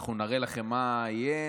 אנחנו נראה לכם מה יהיה,